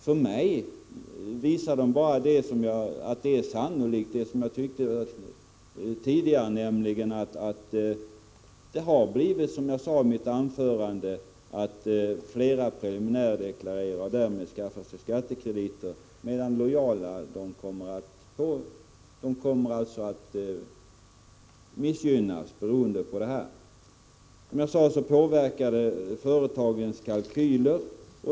För mig visar de bara att det, som jag sade i mitt tidigare anförande, är sannolikt att det har blivit allt fler som preliminärdeklarerar och därmed skaffar sig skattekrediter, medan de lojala missgynnas. Detta påverkar som sagt företagens kalkyler.